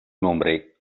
nombre